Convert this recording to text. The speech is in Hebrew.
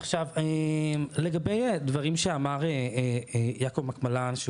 עכשיו לגבי הדברים שאמר יעקב חי מקמלן,